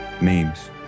Memes